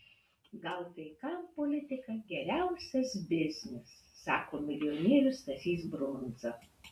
gal kai kam politika geriausias biznis sako milijonierius stasys brundza